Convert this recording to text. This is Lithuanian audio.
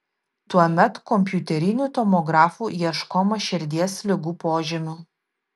tuomet kompiuteriniu tomografu ieškoma širdies ligų požymių